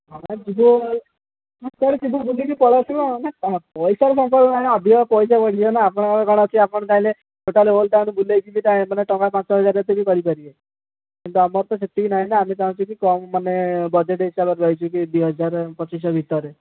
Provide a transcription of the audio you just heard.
ଆମେ ଯିବୁ ସେଆଡ଼େ ଯିବୁ ବୁଲିକି ପଳେଇଆସିବୁ ଆଉ ଆମେ କ'ଣ ପଇସାରେ କମ୍ପ୍ରମାଇଜ୍ ନାହିଁ ଆମେ ଅଧିକ ପଇସା ଆପଣ କ'ଣ ଅଛି ଆପଣ ଚାହିଁଲେ ଟୋଟାଲ୍ ଓଲ୍ଡ ଟାଉନ୍ ବୁଲେଇକି ବି ମାନେ ମାନେ ଟଙ୍କା ପାଞ୍ଚ ହଜାର ହେଇକି କରି ପାରିବେ କିନ୍ତୁ ଆମର ସେତିକି ନାହିଁ ନା ଆମେ ଚାହୁଁଛୁ କମ୍ ମାନେ ବଜେଟ୍ ହିସାବରେ ଦୁଇ ହଜାର ପଚିଶ ଶହ ଭିତରେ